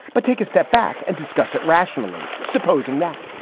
but take a step back and discuss it rationally. supposing that.